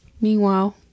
Meanwhile